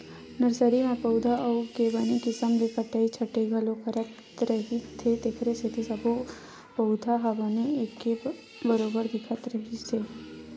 nursery म पउधा मन के बने किसम ले कटई छटई घलो करत रहिथे तेखरे सेती सब्बो पउधा ह बने एके बरोबर दिखत रिहिस हे